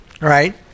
right